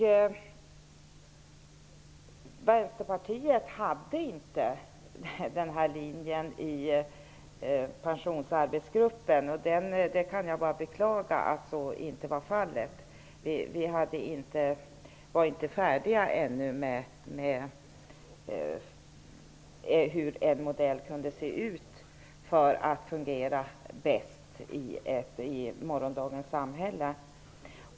Vänsterpartiet hade inte samma linje i pensionsarbetsgruppen. Jag kan bara beklaga att så inte var fallet. Vi var inte färdiga när det gällde hur en modell kunde se ut för att fungera bäst i morgondagens samhälle.